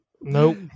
nope